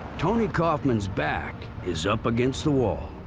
tony coffman's back is up against the wall.